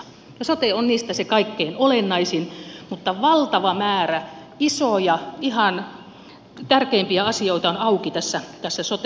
sote on niistä se kaikkein olennaisin mutta valtava määrä isoja ihan tärkeimpiä asioita on auki tässä sote laissakin